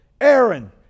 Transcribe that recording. Aaron